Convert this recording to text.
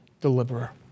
deliverer